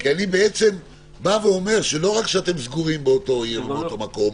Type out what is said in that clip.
כי אני בעצם אומר שלא רק שאתם סגורים באותה עיר ובאותו מקום,